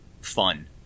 fun